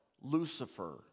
Lucifer